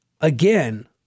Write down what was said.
Again